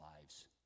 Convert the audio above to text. lives